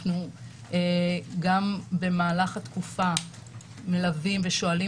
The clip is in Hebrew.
גם במהלך התקופה אנחנו מלווים ושואלים